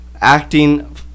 acting